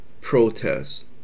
protests